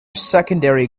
secondary